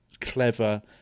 clever